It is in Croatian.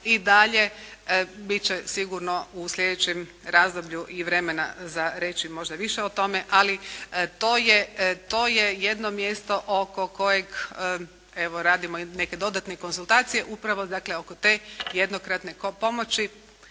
i dalje. Bit će sigurno u sljedećm razdoblju i vremena za reći možda i više o tome, ali to je jedno mjesto oko kojeg evo, radimo neke dodatne konzultacije. Upravo dakle oko te jednokratne pomoći